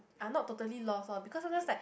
are not totally lost lor because sometimes like